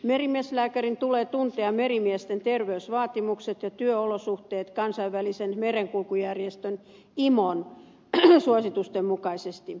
merimieslääkärin tulee tuntea merimiesten terveysvaatimukset ja työolosuhteet kansainvälisen merenkulkujärjestön imon suositusten mukaisesti